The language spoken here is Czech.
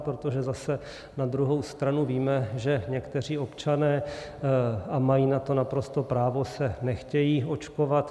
Protože zase na druhou stranu víme, že někteří občané a mají na to naprosto právo se nechtějí očkovat.